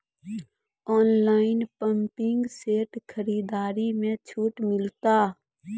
Online pumping set खरीदारी मे छूट मिलता?